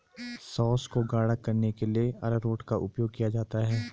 sauce को गाढ़ा करने के लिए अरारोट का उपयोग किया जाता है